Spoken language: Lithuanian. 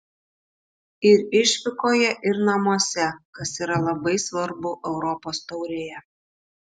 ir išvykoje ir namuose kas yra labai svarbu europos taurėje